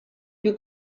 più